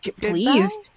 please